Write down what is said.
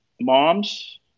moms